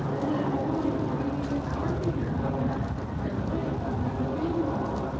my boy, we need a carpenter here and i have never been one.